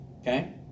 okay